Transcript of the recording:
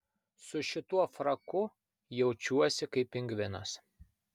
su šituo fraku jaučiuosi kaip pingvinas